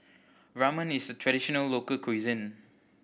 Ramen is traditional local cuisine